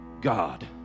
God